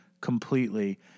completely